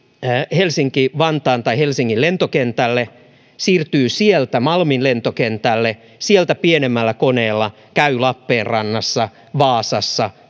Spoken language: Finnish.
helsinki vantaan tai helsingin lentokentälle siirtyy sieltä malmin lentokentälle sieltä pienemmällä koneella käy lappeenrannassa vaasassa